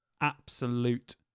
absolute